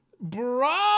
Bro